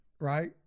right